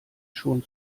schon